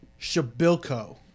Shabilko